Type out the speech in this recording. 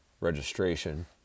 registration